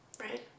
Right